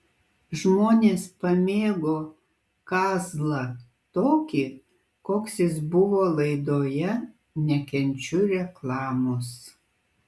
žmonės pamėgo kazlą tokį koks jis buvo laidoje nekenčiu reklamos